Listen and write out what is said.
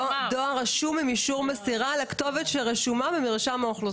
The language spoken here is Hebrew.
דואר רשום עם אישור מסירה לכתובת שרשומה במרשם האוכלוסין.